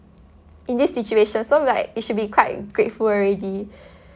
in this situation so like we should be quite grateful already